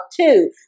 two